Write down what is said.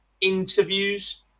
interviews